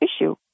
issue